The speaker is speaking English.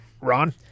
Ron